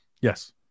Yes